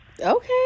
Okay